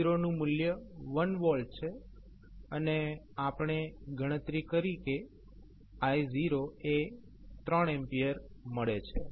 v0 નું મૂલ્ય 1 V છે અને આપણે ગણતરી કરી કે i0 એ 3 A મળે છે